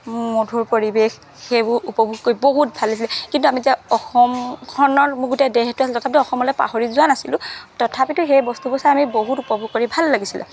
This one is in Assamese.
মধুৰ পৰিৱেশ সেইবোৰ উপভোগ কৰি বহুত ভাল লাগিছিলে কিন্তু আমি যেতিয়া অসমখনৰ গোটেই দেহটো আছিলে তথাপিতো অসমলৈ পাহৰি যোৱা নাছিলো তথাপিতো সেই বস্তুৱোৰ চাই আমি বহুত উপভোগ কৰি ভাল লাগিছিলে